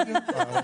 תודה רבה.